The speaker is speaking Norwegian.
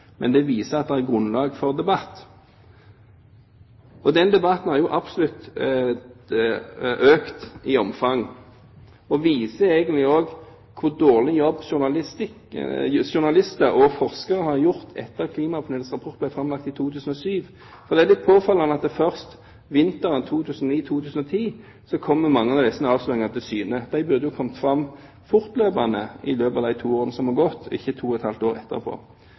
men det viser at det er grunnlag for debatt. Den debatten har jo absolutt økt i omfang og viser egentlig også hvor dårlig jobb journalister og forskere har gjort etter at klimapanelets rapport ble framlagt i 2007. Det er litt påfallende at mange av disse avsløringene først kom til syne vinteren 2009/2010. De burde jo kommet fram fortløpende i løpet av de to årene som er gått, ikke to og et halvt år etterpå.